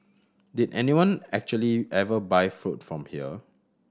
did anyone actually ever buy food from here